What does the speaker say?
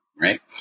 Right